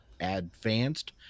advanced